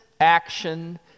action